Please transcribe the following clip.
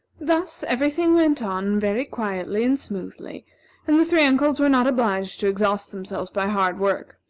thus every thing went on very quietly and smoothly and the three uncles were not obliged to exhaust themselves by hard work.